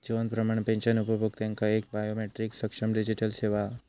जीवन Pramaan pension उपभोक्त्यांका एक biometric सक्षम डिजीटल सेवा हा